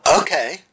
Okay